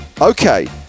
Okay